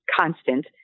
constant